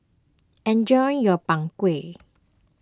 enjoy your Png Kueh